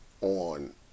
on